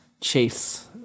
chase